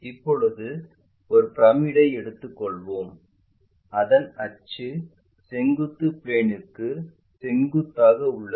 இப்போது ஒரு பிரமிட்டை எடுத்துக்கொள்வோம் அதன் அச்சு செங்குத்து பிளேன்ற்கு செங்குத்தாக உள்ளது